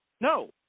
No